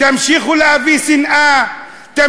תמשיכו להביא שנאה,